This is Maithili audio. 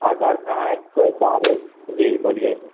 अगर कहय कोइ दारू जी बोलिए